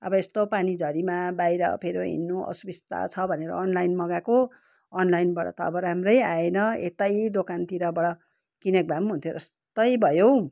अब यस्तो पानी झरीमा बाहिरफेर हिँड्नु असुविस्ता छ भनेर अनलाइन मगाएको अनलाइनबाट त अब राम्रै आएन यतै दोकानतिरबाट किनेको भए पनि हुन्थ्यो जस्तै भयो हौ